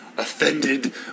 offended